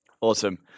Awesome